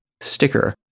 sticker